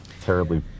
Terribly